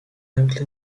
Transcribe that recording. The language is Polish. nagle